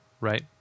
Right